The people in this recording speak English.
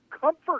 comfort